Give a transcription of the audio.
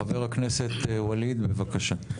חבר הכנסת ואליד, בבקשה.